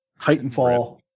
Titanfall